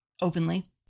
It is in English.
openly